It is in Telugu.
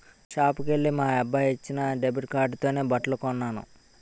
షాపుకెల్లి మా అబ్బాయి ఇచ్చిన డెబిట్ కార్డుతోనే బట్టలు కొన్నాను